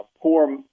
poor